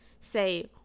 Say